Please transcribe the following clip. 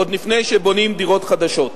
עוד לפני שבונים דירות חדשות.